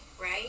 right